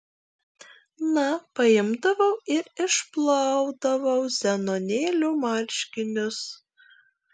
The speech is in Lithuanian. na paimdavau ir išplaudavau zenonėlio marškinius